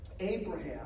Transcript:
Abraham